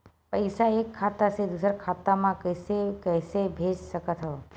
पईसा एक खाता से दुसर खाता मा कइसे कैसे भेज सकथव?